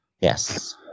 Yes